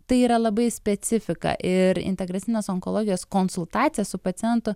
tai yra labai specifika ir integracinės onkologijos konsultacija su pacientu